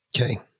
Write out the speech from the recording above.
Okay